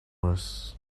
worse